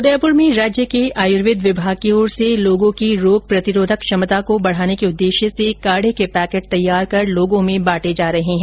उदयपुर में राज्य के आयुर्वेद विभाग की ओर से लोगों की रोग प्रतिरोधक क्षमता को बढ़ाने के उद्देश्य से काढ़े के पैकेट तैयार कर लोगों में बांटे जा रहे हैं